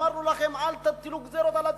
אמרנו לכם לא להטיל גזירות על הציבור,